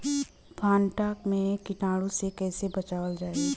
भनटा मे कीटाणु से कईसे बचावल जाई?